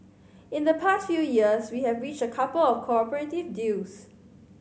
in the past few years we have reached a couple of cooperative deals